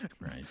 Right